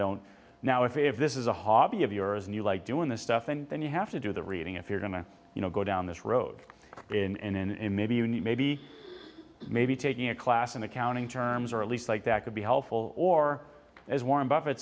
don't now if this is a hobby of yours and you like doing this stuff and then you have to do the reading if you're going to you know go down this road been maybe you need maybe maybe taking a class in accounting terms or at least like that could be helpful or as warren buffett